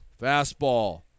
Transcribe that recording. fastball